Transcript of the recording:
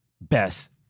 best